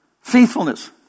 Faithfulness